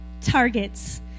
Targets